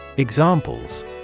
Examples